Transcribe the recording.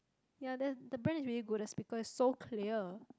ya that the brand is really good the speaker is so clear